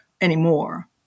anymore